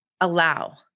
allow